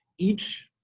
each